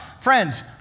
Friends